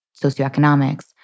socioeconomics